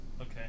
Okay